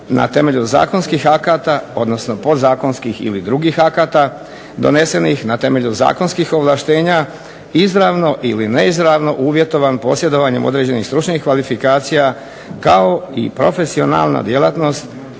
na temelju zakonskih akata odnosno podzakonskih ili drugih akata donesenih na temelju zakonskih ovlaštenja izravno ili neizravno uvjetovan posjedovanjem određenih stručnih kvalifikacija kao i profesionalna djelatnost